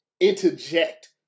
interject